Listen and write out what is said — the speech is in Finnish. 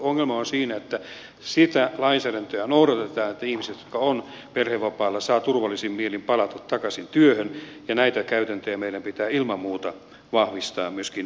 ongelma on siinä että sitä lainsäädäntöä noudatetaan että ihmiset jotka ovat perhevapaalla saavat turvallisin mielin palata takaisin työhön ja näitä käytäntöjä meidän pitää ilman muuta vahvistaa myöskin tulevaisuudessa